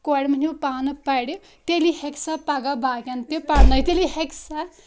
کورِ مٔہنیو پانہٕ پَرِ تیٚلی ہٮ۪کہِ سۄ پَگہہ باقین تہِ پرنٲیِتھ تیلی ہٮ۪کہِ سۄ